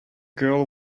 girl